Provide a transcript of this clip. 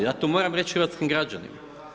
Ja to moram reći hrvatskim građanima.